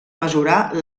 mesurar